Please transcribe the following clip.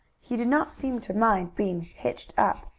he did not seem to mind being hitched up.